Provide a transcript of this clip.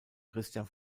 christian